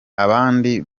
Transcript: abandi